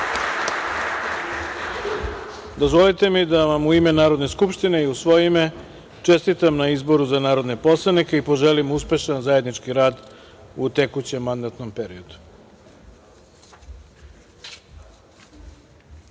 zakletve. Dozvolite mi da vam u ime Narodne skupštine i u svoje ime čestitam na izboru za narodne poslanike i poželim uspešan zajednički rad u tekućem mandatnom periodu. Dame